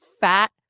fat